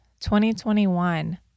2021